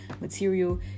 material